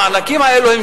המענקים האלה,